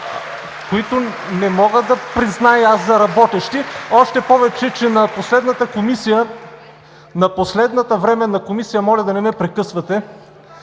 …Които не мога да призная аз за работещи, още повече, че на последната комисия, на последната Временна комисия, моля да не ме прекъсвате,